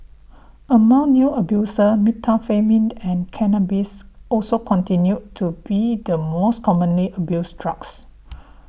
among new abusers methamphetamine and cannabis also continued to be the most commonly abused drugs